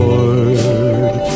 Lord